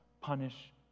punish